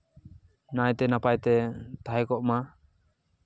ᱱᱟᱭᱛᱮ ᱱᱟᱯᱟᱭ ᱛᱮ ᱛᱟᱦᱮᱸ ᱠᱚᱜ ᱢᱟ